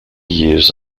years